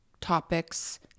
topics